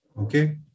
Okay